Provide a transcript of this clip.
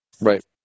Right